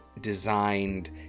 designed